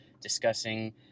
discussing